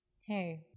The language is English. Hey